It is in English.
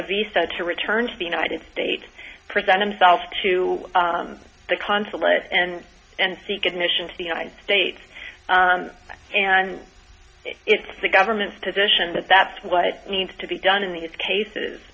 a visa to return to the united states present himself to the consulate and and seek admission to the united states and it's the government's position that that's what needs to be done in these cases